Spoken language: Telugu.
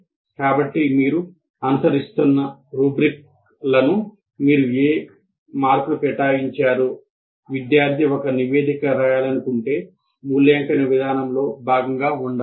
కాబట్టి మీరు అనుసరిస్తున్న రుబ్రిక్లకు మీరు ఏ మార్కులు కేటాయించారో విద్యార్థి ఒక నివేదిక రాయాలనుకుంటే మూల్యాంకన విధానంలో భాగంగా ఉండాలి